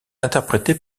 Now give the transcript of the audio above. interprété